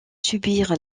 subir